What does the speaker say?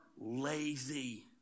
lazy